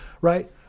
Right